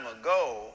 ago